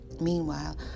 Meanwhile